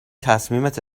تصمیمت